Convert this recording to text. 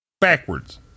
Backwards